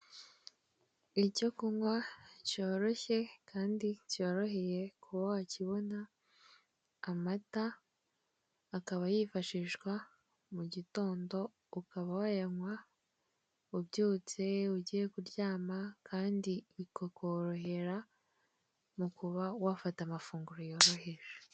Icyo kunywa cyoroshye kandi cyoroheye kuba wakibona, amata, akaba yifashishwa mu gitondo, ukaba wayanywa ubyutse, ugiye kuryama, kandi bikakorohera mu kuba wafata amafunguro yoroheje.